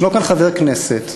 יש כאן חבר כנסת,